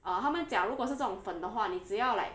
uh 他们讲如果是这种粉的话你只要 like